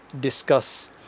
discuss